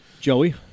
Joey